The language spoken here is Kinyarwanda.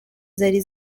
zari